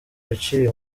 yaciye